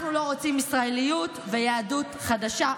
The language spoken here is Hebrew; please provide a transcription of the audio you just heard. אנחנו לא רוצים ישראליות ויהדות חדשה ומודרנית.